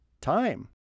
time